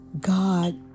God